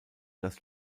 das